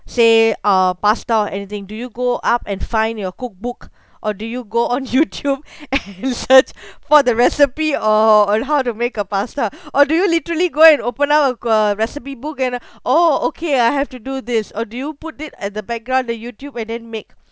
say uh pasta or anything do you go up and find your cookbook or do you go on youtube and search for the recipe or on on how to make a pasta or do you literally go and open up a co~ recipe book and uh oh okay I have to do this or do you put it at the background the youtube and then make